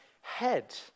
head